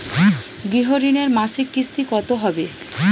গৃহ ঋণের মাসিক কিস্তি কত হবে?